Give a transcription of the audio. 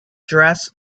dress